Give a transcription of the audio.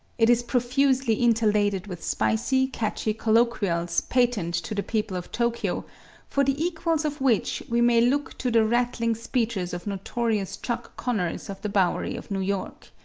it is profusely interladed with spicy, catchy colloquials patent to the people of tokyo for the equals of which we may look to the rattling speeches of notorious chuck conners of the bowery of new york.